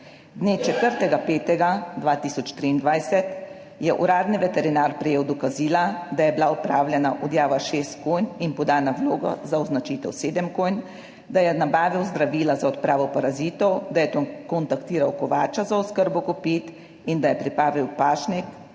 Dne 4. 5. 2023, je uradni veterinar prejel dokazila, da je bila opravljena odjava 6 konj in podana vloga za označitev 7 konj, da je nabavil zdravila za odpravo parazitov, da je kontaktiral kovača za oskrbo kopit in da je pripravil pašnik